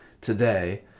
today